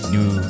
New